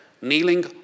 kneeling